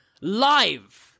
live